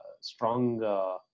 strong